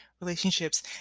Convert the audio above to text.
relationships